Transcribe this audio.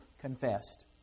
confessed